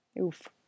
oof